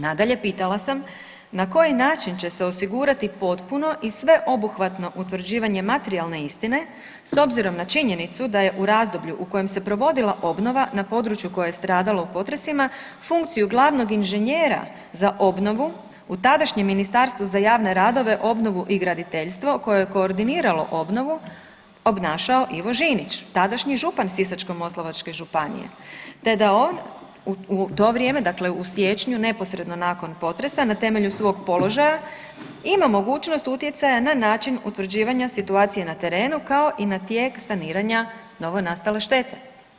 Nadalje, pitala sam na koji način će se osigurati potpuno i sveobuhvatno utvrđivanje materijalne istine s obzirom na činjenicu da je u razdoblju u kojem se provodila obnova na području koje je stradalo u potresima funkciju glavnog inženjera za obnovu u tadašnjem Ministarstvu za javne radove, obnovu i graditeljstvo koje je koordiniralo obnovu obnašao Ivo Žinić tadašnji župan Sisačko-moslavačke županije, te da on u to vrijeme, dakle u siječnju neposredno nakon potresa na temelju svog položaja ima mogućnost utjecaja na način utvrđivanja situacije na terenu kao i na tijek saniranja novonastale štete.